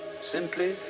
simply